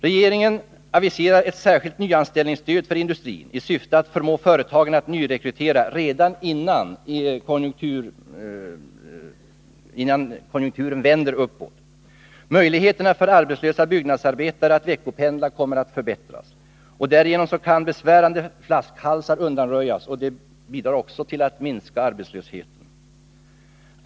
Regeringen aviserar ett särskilt nyanställningsstöd för industrin i syfte att förmå företagen att nyrekrytera redan innan industrikonjunkturen vänder uppåt. Möjligheterna för arbetslösa byggnadsarbetare att veckopendla kommer att förbättras. Därigenom kan besvärande flaskhalsar undanröjas, vilket också bidrar till att minska arbetslösheten.